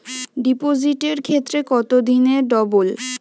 ডিপোজিটের ক্ষেত্রে কত দিনে ডবল?